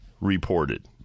reported